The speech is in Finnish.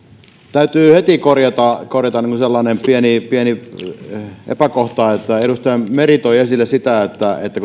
täytyy heti korjata korjata sellainen pieni pieni epäkohta että kun edustaja meri toi esille sitä että